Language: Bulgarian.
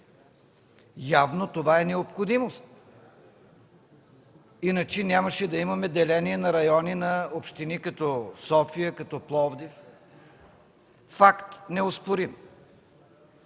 Явно това е необходимост, иначе нямаше да имаме деление на райони на общини като София, като Пловдив. Факт неоспорим!